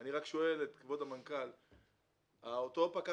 אנחנו עשינו פה ניתוח של כמה אנחנו צריכים בשביל פיקוח,